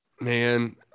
Man